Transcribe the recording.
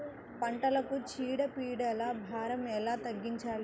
పంటలకు చీడ పీడల భారం ఎలా తగ్గించాలి?